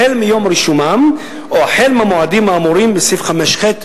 החל מיום רישומם או החל מהמועדים האמורים בסעיף 5(ח),